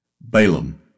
Balaam